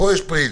בדיוק.